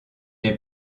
n’ai